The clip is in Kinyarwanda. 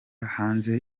hanze